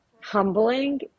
humbling